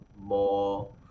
more